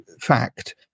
fact